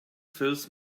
fills